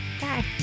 Bye